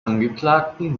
angeklagten